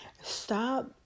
Stop